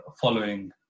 following